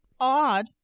odd